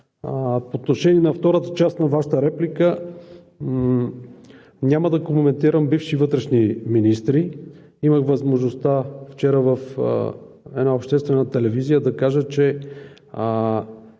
По отношение на втората част на Вашата реплика – няма да коментирам бивши вътрешни министри. Имах възможността вчера в една обществена телевизия да кажа, че